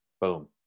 Boom